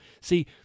See